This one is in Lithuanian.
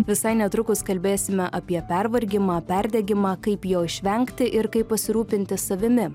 visai netrukus kalbėsime apie pervargimą perdegimą kaip jo išvengti ir kaip pasirūpinti savimi